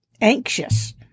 anxious